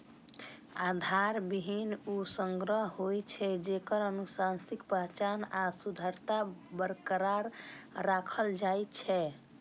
आधार बीहनि ऊ संग्रह होइ छै, जेकर आनुवंशिक पहचान आ शुद्धता बरकरार राखल जाइ छै